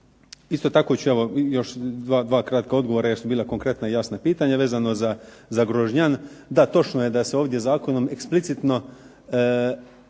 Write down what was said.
Isto tako ću evo još dva kratka odgovora jer su bila konkretna i jasna pitanja vezano za Grožnjan. Da, točno je da se ovdje zakonom eksplicitno